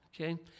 okay